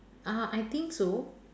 uh I think so